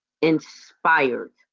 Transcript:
inspired